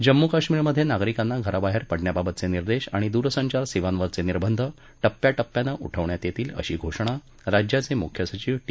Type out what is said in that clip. जम्मू काश्मीरमध्ये नागरिकांना घराबाहेर पडण्याबाबतचे निर्देश आणि दूरसंचार सेवांवरचे निर्बंध टप्प्याटप्प्यानं उठवण्यात येतील अशी घोषणा राज्याचे मुख्य सचिव टी